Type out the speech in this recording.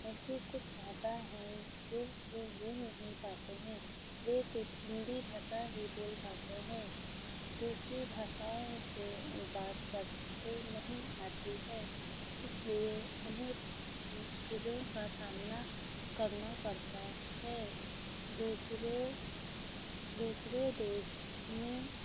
ऐसे कुछ भाषा है जो वो बोल नहीं पाते हैं वे सिर्फ हिंदी भाषा ही बोल पाते हैं दूसरी भाषाओं से बात करते नहीं आती है इसलिए उन्हें मुश्किलों का सामना करना पड़ता है दूसरों दूसरे देश में